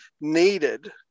needed